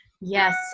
Yes